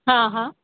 हाँ हाँ